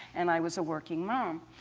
and i was a working mom.